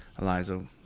Eliza